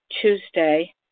Tuesday